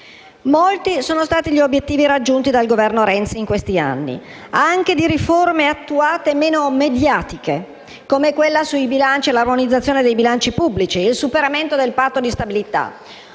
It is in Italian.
Molti sono stati gli obiettivi raggiunti dal Governo Renzi in questi anni, anche di riforme attuate, meno mediatiche, come quella sull'armonizzazione dei bilanci pubblici e il superamento del Patto di stabilità;